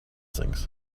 things